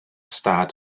stad